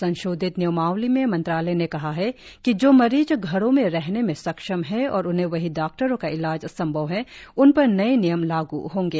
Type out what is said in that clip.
संशोधित नियमावली में मंत्रालय ने कहा है कि जो मरीज घरों में रहने में सक्षम हैं और उन्हें वहीं डॉक्टरों का इलाज संभव है उनपर नये नियम लागू होंगे